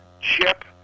chip